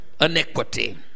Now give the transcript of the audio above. iniquity